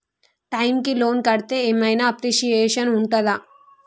Time కి loan కడ్తే ఏం ఐనా అప్రిషియేషన్ ఉంటదా?